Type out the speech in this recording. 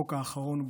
החוק האחרון,